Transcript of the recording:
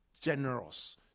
Generous